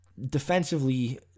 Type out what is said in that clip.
Defensively